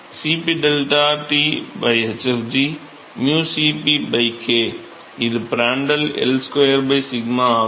Cp 𝞓T hfg 𝞵Cp k இது Pr L 2 𝞼 ஆகும்